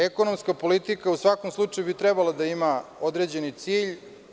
Ekonomska politika u svakom slučaju bi trebalo da ima određeni cilj.